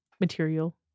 material